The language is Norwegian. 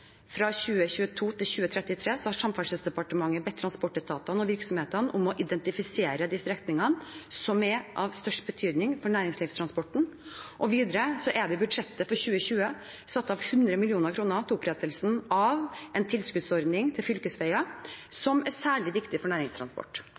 har Samferdselsdepartementet bedt transportetatene og virksomhetene om å identifisere de strekningene som er av størst betydning for næringslivstransporten. Videre er det i budsjettet for 2020 satt av 100 mill. kr til opprettelsen av en tilskuddsordning til